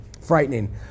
frightening